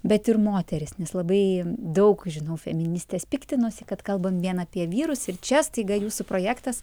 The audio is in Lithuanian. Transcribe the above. bet ir moterys nes labai daug žinau feministės piktinosi kad kalbame vien apie vyrus ir čia staiga jūsų projektas